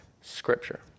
scripture